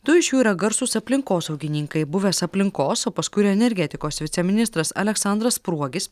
du iš jų yra garsūs aplinkosaugininkai buvęs aplinkos o paskui ir energetikos viceministras aleksandras spruogis